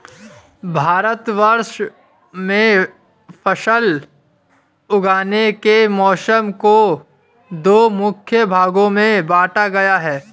भारतवर्ष में फसल उगाने के मौसम को दो मुख्य भागों में बांटा गया है